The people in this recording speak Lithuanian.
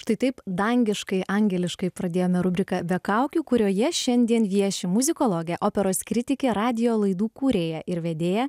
štai taip dangiškai angeliškai pradėjome rubriką be kaukių kurioje šiandien vieši muzikologė operos kritikė radijo laidų kūrėja ir vedėja